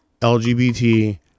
LGBT